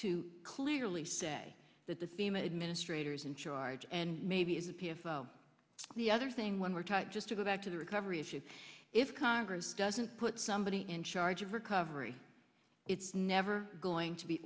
to clearly say that the same administrators in charge and maybe it's a piece of the other thing when we're taught just to go back to the recovery issue if congress doesn't put somebody in charge of recovery it's never going to be